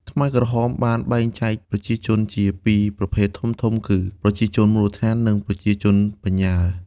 ខ្មែរក្រហមបានបែងចែកប្រជាជនជាពីរប្រភេទធំៗគឺ "ប្រជាជនមូលដ្ឋាន" និង "ប្រជាជនបញ្ញើ"។